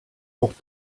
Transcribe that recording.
auch